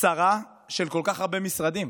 שר של כל כך הרבה משרדים?